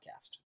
podcast